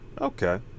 Okay